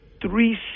three